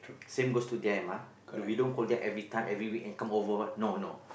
same goes to them ah don't we don't call them every time every week and come over what no no